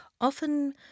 often